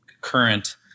current